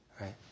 right